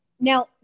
Now